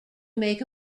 make